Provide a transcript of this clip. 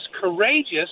courageous